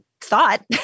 thought